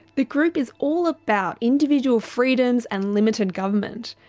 the group is all about individual freedoms and limited government.